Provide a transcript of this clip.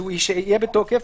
הוא יהיה בתוקף.